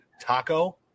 Taco